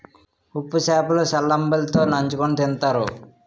ఉప్పు సేప లు సల్లంబలి తో నంచుకుని తింతారు